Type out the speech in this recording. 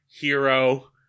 Hero